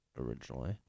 originally